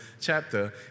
chapter